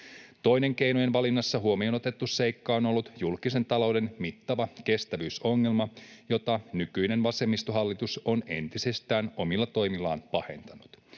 Toinen keinojen valinnassa huomioon otettu seikka on ollut julkisen talouden mittava kestävyysongelma, jota nykyinen vasemmistohallitus on entisestään omilla toimillaan pahentanut.